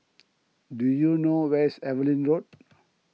do you know where is Evelyn Road